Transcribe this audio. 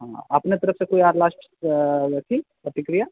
हूंह अपने तरफसॅं कोइ आर लास्ट प्रतिक्रिया